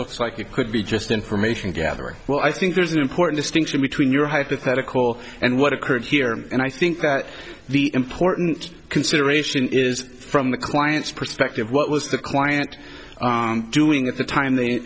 looks like it could be just information gathering well i think there's an important distinction between your hypothetical and what occurred here and i think that the important consideration is from the client's perspective what was the client doing time they